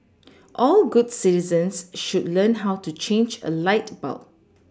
all good citizens should learn how to change a light bulb